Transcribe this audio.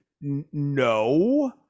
no